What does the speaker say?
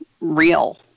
real